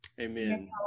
amen